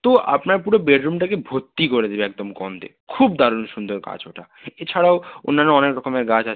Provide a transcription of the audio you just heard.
তো আপনার পুরো বেডরুমটাকে ভর্তি করে দেবে একদম গন্ধে খুব দারুণ সুন্দর গাছ ওটা এছাড়াও অন্যান্য অনেক রকমের গাছ আছে